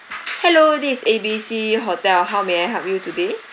hello this is A B C hotel how may I help you today